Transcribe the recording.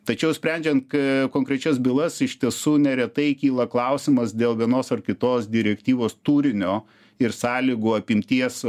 tačiau sprendžiant konkrečias bylas iš tiesų neretai kyla klausimas dėl vienos ar kitos direktyvos turinio ir sąlygų apimties